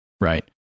Right